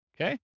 Okay